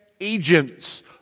agents